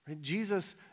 Jesus